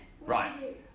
Right